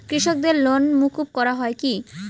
কৃষকদের লোন মুকুব করা হয় কি?